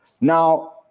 Now